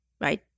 right